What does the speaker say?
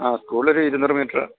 ആ സ്കൂളൊരു ഇരുന്നൂറു മീറ്റർ